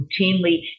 routinely